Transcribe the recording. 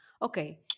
Okay